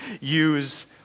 use